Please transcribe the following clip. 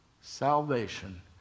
salvation